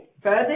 further